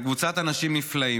על קבוצת אנשים נפלאים,